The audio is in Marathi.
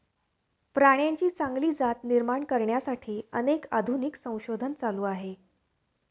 प्राण्यांची चांगली जात निर्माण करण्यासाठी अनेक आधुनिक संशोधन चालू आहे